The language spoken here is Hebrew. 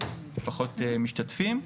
פחות משתתפים.